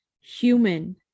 human